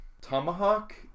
Tomahawk